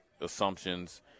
assumptions